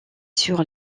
sur